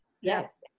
yes